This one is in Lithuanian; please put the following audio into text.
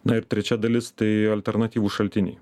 na ir trečia dalis tai alternatyvūs šaltiniai